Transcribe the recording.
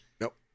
Nope